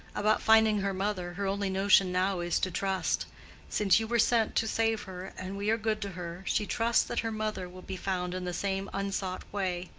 about finding her mother, her only notion now is to trust since you were sent to save her and we are good to her, she trusts that her mother will be found in the same unsought way.